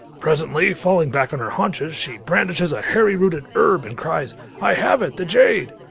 presently, falling back on her haunches, she brandishes a hairy-rooted herb and cries i have it, the jade!